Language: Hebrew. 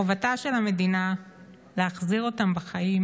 חובתה של המדינה להחזיר אותם בחיים,